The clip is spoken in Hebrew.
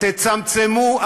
תצמצמו,